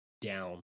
down